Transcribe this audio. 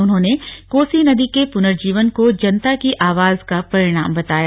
उन्होंने कोसी नदी के पुनर्जीवन को जनता की आवाज का परिणाम बताया